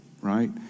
right